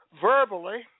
verbally